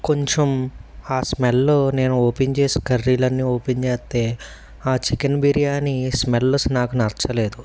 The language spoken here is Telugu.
కొంచెం ఆ స్మెల్ నేను ఓపెన్ చేసి కర్రీలు అన్నీ ఓపెన్ చేస్తే ఆ చికెన్ బిర్యానీ స్మెల్ నాకు నచ్చలేదు